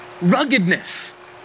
ruggedness